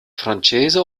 francese